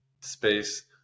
space